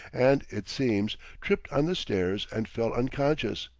and it seems tripped on the stairs and fell unconscious.